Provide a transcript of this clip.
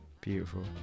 Beautiful